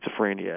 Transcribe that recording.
schizophrenia